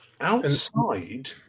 Outside